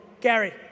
Gary